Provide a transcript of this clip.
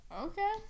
Okay